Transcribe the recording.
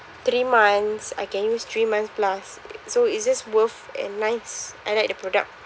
three months I can use three months plus so it is worth and nice I like the product